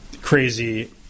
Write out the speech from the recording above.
crazy –